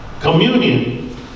Communion